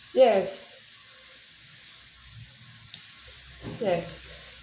yes yes